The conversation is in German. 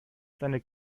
seine